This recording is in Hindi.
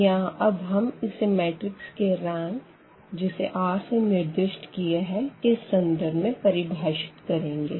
यहाँ अब हम इसे मैट्रिक्स के रैंक जिसे r से निर्दिष्ट किया है के संदर्भ में परिभाषित करेंगे